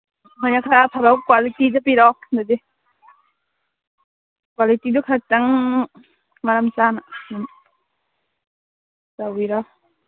ꯍꯣꯏꯅꯦ ꯈꯔ ꯑꯐꯕ ꯀ꯭ꯋꯥꯂꯤꯇꯤꯗ ꯄꯤꯔꯛꯑꯣ ꯑꯗꯨꯗꯤ ꯀ꯭ꯋꯥꯂꯤꯇꯤꯗꯨ ꯈꯤꯇꯪ ꯃꯔꯝ ꯆꯥꯅ ꯑꯗꯨꯝ ꯇꯧꯕꯤꯔꯣ